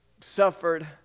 suffered